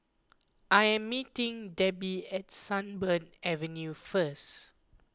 I am meeting Debbi at Sunbird Avenue first